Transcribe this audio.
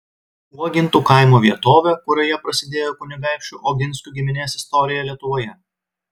uogintų kaimo vietovę kurioje prasidėjo kunigaikščių oginskių giminės istorija lietuvoje